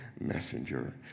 messenger